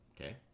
okay